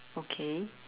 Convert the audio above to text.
okay